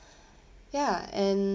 ya and